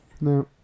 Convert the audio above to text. No